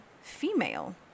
female